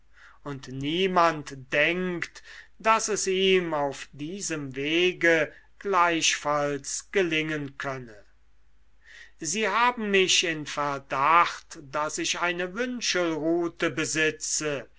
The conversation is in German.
und niemand denkt daß es ihm auf diesem wege gleichfalls gelingen könne sie haben mich in verdacht daß ich eine wünschelrute besitze